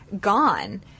gone